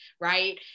Right